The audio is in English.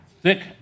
Thick